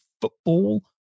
football